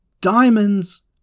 Diamonds